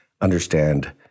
understand